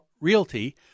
Realty